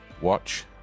watch